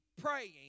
praying